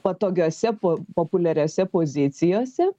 patogiose po populiariose pozicijose